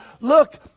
look